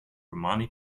romani